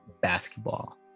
basketball